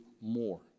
more